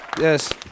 Yes